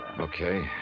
Okay